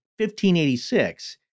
1586